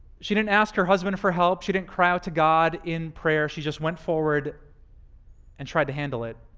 she didn't ask her husband for help, she didn't cry out to god in prayer, she just went forward and tried to handle it